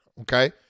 okay